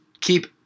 keep